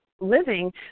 living